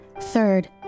Third